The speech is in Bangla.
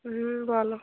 হুম বলো